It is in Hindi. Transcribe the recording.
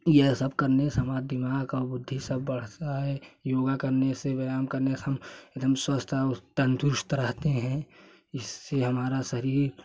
यह सब करने से हमारा दिमाग और बुद्धि सब बढ़ता है योगा करने से व्यायाम करने से हम एकदम स्वस्थ और तंदुरुस्त रहते हैं इससे हमारा शरीर